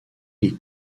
les